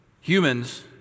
Humans